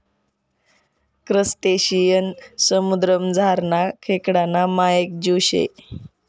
crustacean समुद्रमझारना खेकडाना मायेक जीव शे